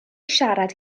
siarad